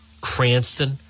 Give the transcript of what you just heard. Cranston